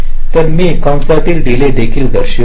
तर मी कंसातील डील देखील दर्शवित आहे